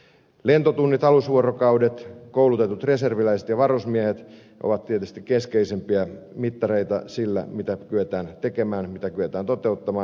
lentotunnit alusvuorokaudet koulutetut reserviläiset ja varusmiehet ovat tietysti keskeisimpiä mittareita sille mitä kyetään tekemään mitä kyetään toteuttamaan